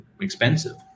expensive